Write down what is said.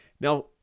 Now